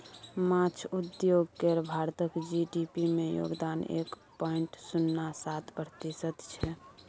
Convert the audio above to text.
माछ उद्योग केर भारतक जी.डी.पी मे योगदान एक पॉइंट शुन्ना सात प्रतिशत छै